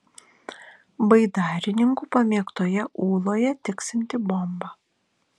baidarininkų pamėgtoje ūloje tiksinti bomba